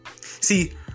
See